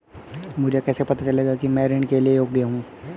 मुझे कैसे पता चलेगा कि मैं ऋण के लिए योग्य हूँ?